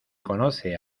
conoce